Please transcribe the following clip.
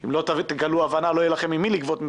אם לא תגלו הבנה לא יהיה ממי לגבות מיסים,